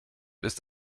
ist